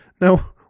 Now